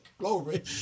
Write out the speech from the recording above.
glory